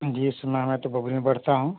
जी इस समय मैं तो बबरी में बैठता हूँ